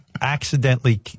accidentally